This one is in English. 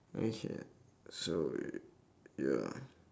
okay so y~ ya